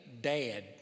dad